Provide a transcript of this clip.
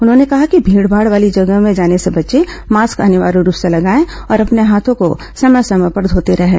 उन्होंने कहा कि भीड़भाड़ वाली जगह में जाने से बचे मास्क अनिवार्य रूप से लगाएँ और अपने हाथों को समय समय पर धोते रहें